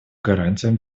гарантиям